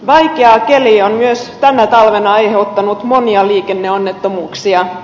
vaikea keli on myös tänä talvena aiheuttanut monia liikenneonnettomuuksia